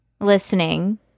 Listening